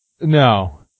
No